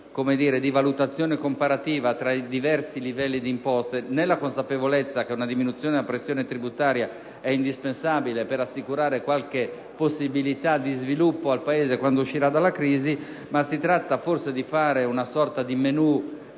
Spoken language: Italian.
di valutazione comparativa tra i diversi livelli di imposte, nella consapevolezza che una diminuzione della pressione tributaria è indispensabile per assicurare qualche possibilità di sviluppo al Paese allorquando uscirà della crisi. Forse occorre fare una sorta di menù